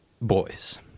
boys